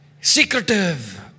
secretive